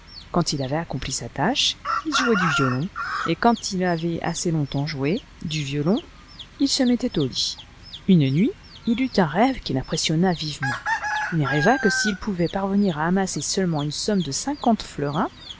quand il avait accompli sa tâche il jouait du violon et quand il avait assez longtemps joué du violon il se mettait au lit une nuit il eut un rêve qui l'impressionna vivement il rêva qf s'il pouvait parvenir à amasser seulement une somme de cinquante florins